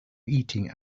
eating